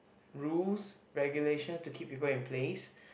rules regulations to keep people in place